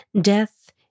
Death